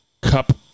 Cup